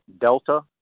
delta